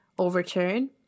overturn